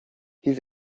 hielt